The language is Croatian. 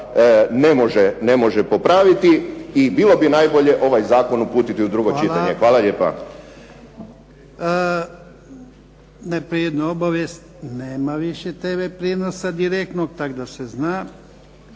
ne može popraviti. I bilo bi najbolje ovaj zakon uputiti u drugo čitanje. Hvala lijepa. **Jarnjak, Ivan (HDZ)** Najprije jedna obavijest. Nema više tv prijenosa direktnog tako da se zna.